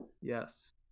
Yes